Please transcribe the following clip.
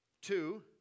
Two